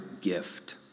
gift